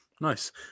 Nice